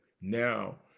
Now